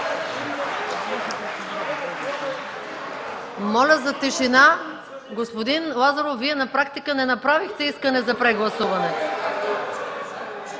Моля за тишина! Господин Лазаров, Вие на практика не направихте искане за прегласуване.